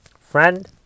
friend